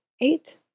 Eight